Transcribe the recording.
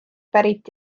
pärit